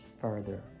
further